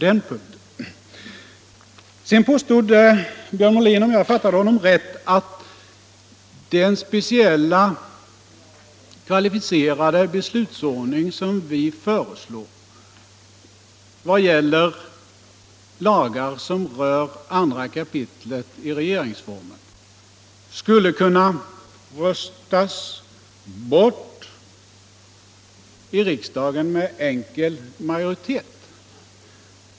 Sedan påstår Björn Molin — om jag fattar honom rätt — att den speciella kvalificerade beslutsordning som vi föreslår för lagar som rör andra kapitlet i regeringsformen skulle kunna röstas bort i riksdagen med enkel majoritet.